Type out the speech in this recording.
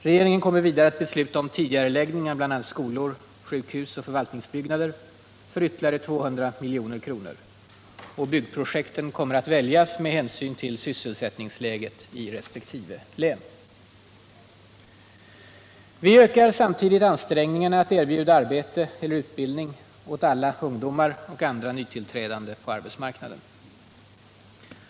Regeringen kommer vidare att besluta om tidigareläggning av bl.a. skolor, sjukhus och förvaltningsbyggnader för ytterligare 200 milj.kr. Byggprojekten kommer att väljas med hänsyn till sysselsättningsläget i resp. län. Vi ökar samtidigt ansträngningarna att erbjuda arbete eller utbildning åt alla ungdomar och andra nytillträdande på arbetsmarknaden.